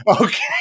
Okay